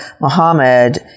muhammad